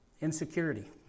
Insecurity